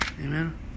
Amen